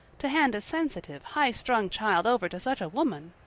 to hand a sensitive, highstrung child over to such a woman!